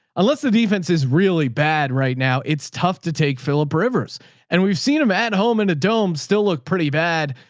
unless the defense is really bad right now, it's tough to take philip rivers and we've seen him at home in a dome still look pretty bad.